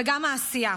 וגם העשייה.